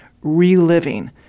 reliving